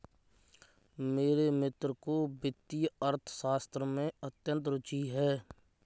मेरे मित्र को वित्तीय अर्थशास्त्र में अत्यंत रूचि है